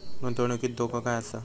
गुंतवणुकीत धोको आसा काय?